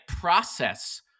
process